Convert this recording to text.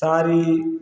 सारी